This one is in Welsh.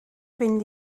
fynd